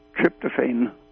tryptophan